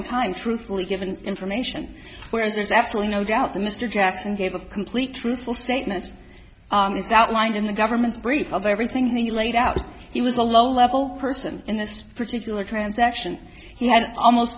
in time truthfully given information where is absolutely no doubt mr jackson gave a complete truthful statements as outlined in the government's brief of everything he laid out he was a low level person in this particular transaction he had almost